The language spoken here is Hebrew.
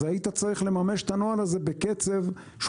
אז היית צריך לממש את הנוהל הזה בקצב שהוא